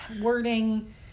wording